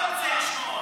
אתה לא רוצה לשמוע.